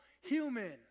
human